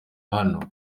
hano